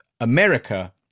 America